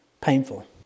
painful